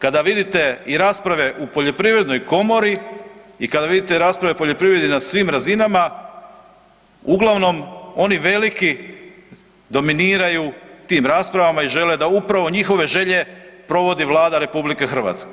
Kada vidite i rasprave u poljoprivrednoj komori i kada vidite rasprave u poljoprivredi na svim razinama uglavnom oni veliki dominiraju tim raspravama i žele da upravo njihove želje provodi Vlada RH.